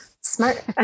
smart